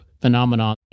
phenomenon